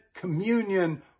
communion